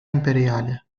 imperiale